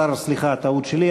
סליחה, טעות שלי.